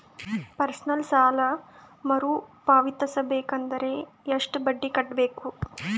Personal ಸಾಲ ಮರು ಪಾವತಿಸಬೇಕಂದರ ಎಷ್ಟ ಬಡ್ಡಿ ಕಟ್ಟಬೇಕು?